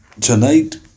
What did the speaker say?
tonight